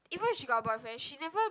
even if she got a boyfriend she never